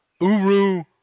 Uru